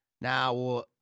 Now